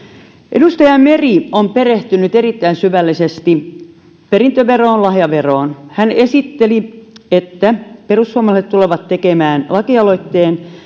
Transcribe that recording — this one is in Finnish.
edustaja meri on perehtynyt erittäin syvällisesti perintöveroon lahjaveroon hän esitteli että perussuomalaiset tulevat tekemään lakialoitteen